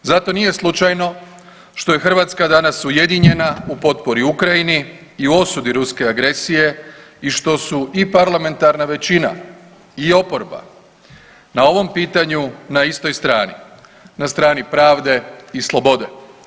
Zato nije slučajno što je Hrvatska danas ujedinjena u potpori Ukrajini i u osudi ruske agresije i što su i parlamentarna većina i oporba na ovom pitanju na istoj strani, na strani pravde i slobode.